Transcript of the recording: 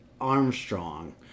Armstrong